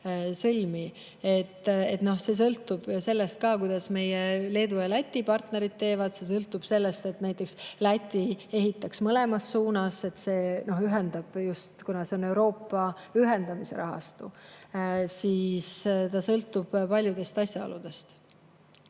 sõlmi. See sõltub sellest ka, kuidas meie Leedu ja Läti partnerid tegutsevad. See sõltub sellest, et näiteks Läti ehitaks mõlemas suunas, et see ühendaks. Kuna see on Euroopa ühendamise rahastu, siis see sõltub paljudest asjaoludest.